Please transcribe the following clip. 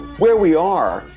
where we are,